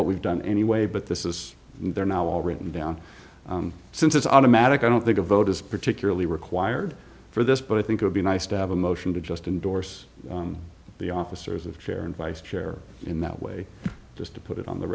what we've done anyway but this is they're now all written down since it's automatic i don't think a vote is particularly required for this but i think it would be nice to have a motion to just indorse the officers of chair and vice chair in that way just to put it on the